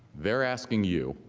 they are asking you